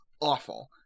awful